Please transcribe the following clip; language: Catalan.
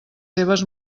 seves